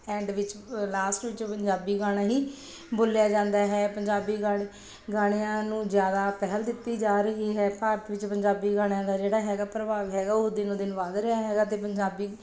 and ਵਿੱਚ last ਵਿੱਚ ਪੰਜਾਬੀ ਗਾਣਾ ਹੀ ਬੋਲਿਆ ਜਾਂਦਾ ਹੈ ਪੰਜਾਬੀ ਗਾਣੇ ਗਾਣਿਆਂ ਨੂੰ ਜ਼ਿਆਦਾ ਪਹਿਲ ਦਿੱਤੀ ਜਾ ਰਹੀ ਹੈ ਭਾਰਤ ਵਿੱਚ ਪੰਜਾਬੀ ਗਾਣਿਆਂ ਦਾ ਜਿਹੜਾ ਹੈਗਾ ਪ੍ਰਭਾਵ ਹੈਗਾ ਉਹ ਦਿਨੋ ਦਿਨ ਵੱਧ ਰਿਹਾ ਹੈਗਾ ਅਤੇ ਪੰਜਾਬੀ